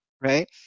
Right